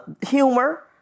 humor